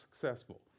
successful